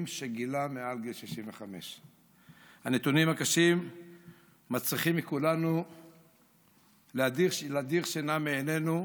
שגילם מעל גיל 65. הנתונים הקשים צריכים להדיר שינה מעיני כולנו,